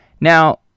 Now